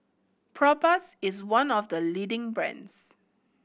Propass is one of the leading brands